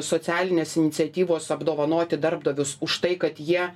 socialinės iniciatyvos apdovanoti darbdavius už tai kad jie